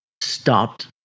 stopped